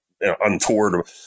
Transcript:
untoward